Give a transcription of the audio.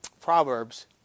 Proverbs